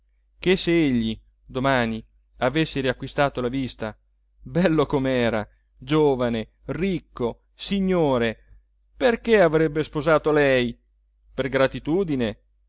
se egli domani avesse riacquistato la vista bello com'era giovane ricco signore perché avrebbe sposato lei per gratitudine